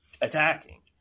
attacking